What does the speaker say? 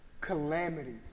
calamities